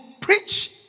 preach